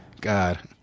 God